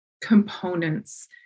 components